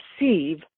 receive